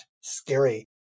scary